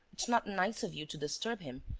it's not nice of you to disturb him.